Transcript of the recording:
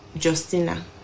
Justina